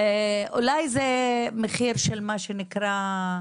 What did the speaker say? אולי זה המחיר של מה שנקרא,